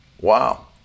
wow